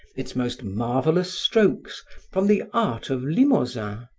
its most marvelous stokes from the art of limosin,